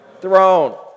throne